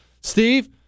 Steve